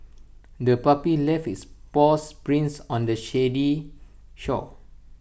the puppy left its paws prints on the sandy shore